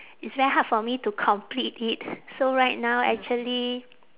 it's very hard for me to complete it so right now actually